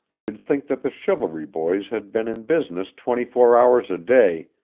you'd think that the chivalry boys had been in business twenty-four hours a day,